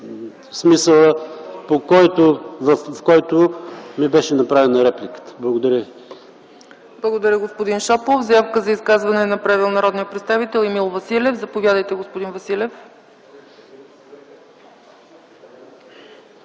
смисъла, в който ми беше направена репликата. Благодаря ви. ПРЕДСЕДАТЕЛ ЦЕЦКА ЦАЧЕВА: Благодаря Ви, господин Шопов. Заявка за изказване е направил народният представител Емил Василев. Заповядайте, господин Василев.